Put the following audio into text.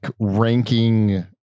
ranking